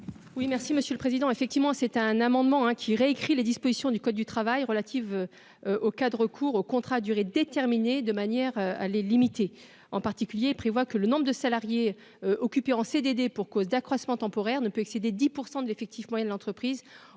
Oui, merci Monsieur le Président, effectivement, c'était un amendement qui réécrit les dispositions du code du travail relatives au cas de recours aux contrats à durée déterminée de manière à les limiter en particulier prévoit que le nombre de salariés occupés en CDD pour cause d'accroissement temporaire ne peut excéder 10 % de l'effectif moyen de l'entreprise